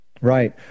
Right